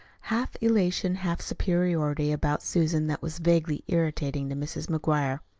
half elation, half superiority, about susan that was vaguely irritating to mrs. mcguire.